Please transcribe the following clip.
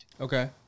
Okay